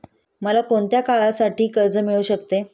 मला कोणत्या काळासाठी कर्ज मिळू शकते?